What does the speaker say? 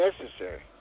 necessary